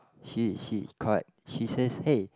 she she correct she says hey